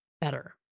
better